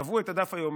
הם קבעו את הדף היומי,